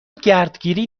گردگیری